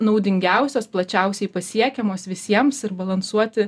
naudingiausios plačiausiai pasiekiamos visiems ir balansuoti